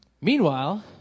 Meanwhile